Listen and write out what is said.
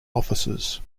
offices